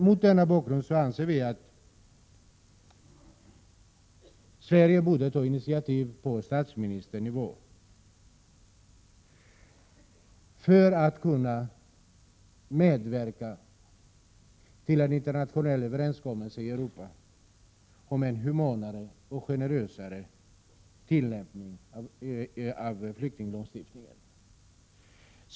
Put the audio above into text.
Mot denna bakgrund anser vi att Sverige borde ta initiativ på statsministernivå för att medverka till en internationell överenskommelse, åtminstone i Europa, om en humanare och generösare tillämpning av flyktinglagstiftningen.